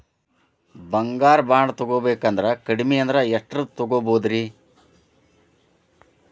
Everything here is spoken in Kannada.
ಬಂಗಾರ ಬಾಂಡ್ ತೊಗೋಬೇಕಂದ್ರ ಕಡಮಿ ಅಂದ್ರ ಎಷ್ಟರದ್ ತೊಗೊಬೋದ್ರಿ?